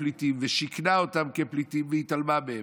פליטים ושיכנה אותם כפליטים והתעלמה מהם,